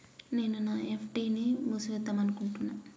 నేను నా ఎఫ్.డి ని మూసివేద్దాంనుకుంటున్న